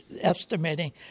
estimating